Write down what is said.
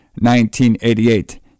1988